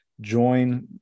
join